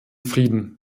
frieden